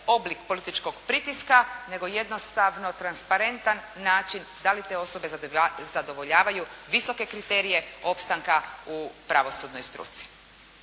oblik političkog pritiska, nego jednostavno transparentan način da li te osobe zadovoljavaju visoke kriterije opstanka u pravosudnoj struci.